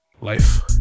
life